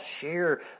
share